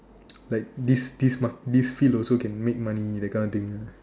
like this this this field also can make money that kind of thing